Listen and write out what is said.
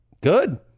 Good